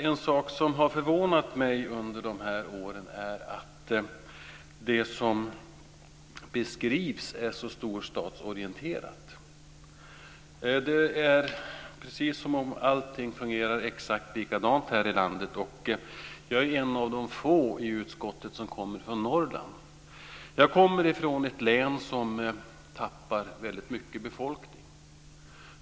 En sak som har förvånat mig under dessa år är att det som beskrivs är så storstadsorienterat. Det är precis som om allting fungerar exakt likadant i hela landet. Jag är en av de få i utskottet som kommer från Norrland. Jag kommer ifrån ett län som tappar väldigt mycket befolkning.